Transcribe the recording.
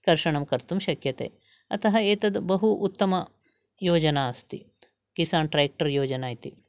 कर्षणं कर्तुं शक्यते अतः एतद् बहु उत्तमयोजना अस्ति किसान् ट्र्याक्टर् योजना इति